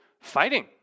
fighting